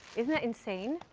isn't that insane?